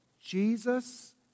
Jesus